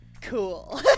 cool